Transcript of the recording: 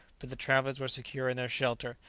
but the travellers were secure in their shelter,